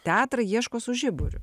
teatrai ieško su žiburiu